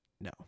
No